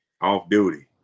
Off-duty